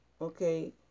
Okay